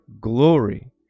glory